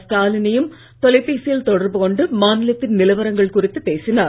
ஸ்டாலினையும் தொலைபேசியில் தொடர்பு கொண்டு மாநிலத்தின் நிலவரங்கள் குறித்து பேசினார்